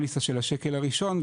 השקל הראשון,